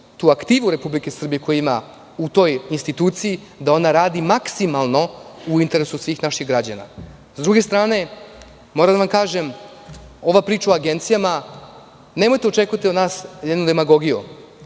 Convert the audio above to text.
tu aktivu Republike Srbije, koju ima u toj instituciji, da ona radi maksimalno u interesu svih naših građana. Sa druge strane, moram da vam kažem, što se tiče ove priče o agencijama, nemojte da očekujete od nas jednu demagogiju.